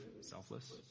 selfless